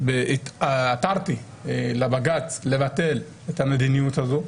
עתרתי לבג"ץ לבטל את המדיניות הזאת.